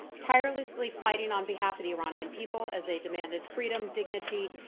tirelessly fighting on behalf of the iranian people as they demanded freedom, dignity,